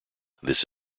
this